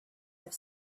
have